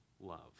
love